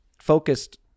focused